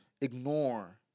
ignore